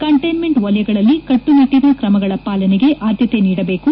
ಕಂಟ್ಲೆನ್ಲೆಂಟ್ ವಲಯಗಳಲ್ಲಿ ಕಟ್ಪುನಿಟ್ಲನ ಕ್ರಮಗಳ ಪಾಲನೆಗೆ ಆದ್ದತೆ ನೀಡಬೇಕು